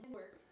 work